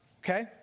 okay